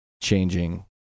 changing